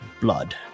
blood